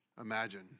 imagine